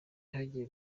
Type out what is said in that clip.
hagiye